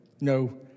No